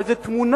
הו איזו תמונה,